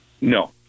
No